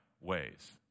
ways